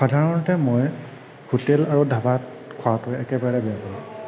সাধাৰণতে মই হোটেল আৰু ধাবাত খোৱাতো একেবাৰে বেয়া পাওঁ